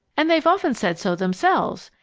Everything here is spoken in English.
and they've often said so themselves.